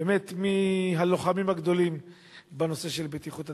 באמת מהלוחמים הגדולים בנושא בטיחות הטיסות.